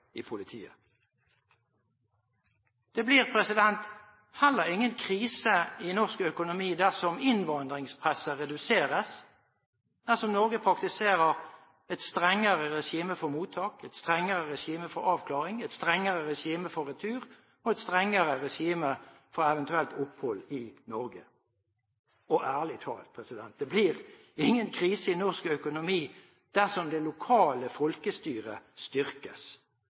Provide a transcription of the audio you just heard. politiet. Det blir heller ingen krise i norsk økonomi dersom innvandringspresset reduseres, dersom Norge praktiserer et strengere regime for mottak, et strengere regime for avklaring, et strengere regime for retur og et strengere regime for eventuelt opphold i Norge. Og ærlig talt, det blir ingen krise i norsk økonomi dersom det lokale folkestyret styrkes,